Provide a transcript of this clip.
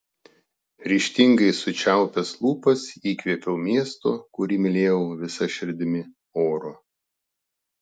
ryžtingai sučiaupęs lūpas įkvėpiau miesto kurį mylėjau visa širdimi oro